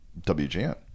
WGN